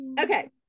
Okay